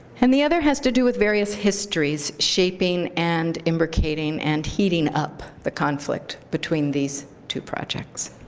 and the other has to do with various histories, shaping and imbricating and heating up the conflict between these two projects.